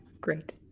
Great